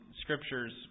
Scriptures